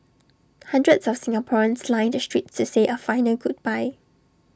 hundreds of Singaporeans lined the streets to say A final goodbye